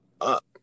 up